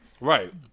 Right